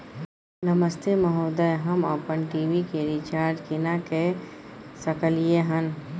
नमस्ते महोदय, हम अपन टी.वी के रिचार्ज केना के सकलियै हन?